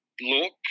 Look